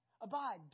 Abide